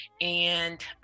And-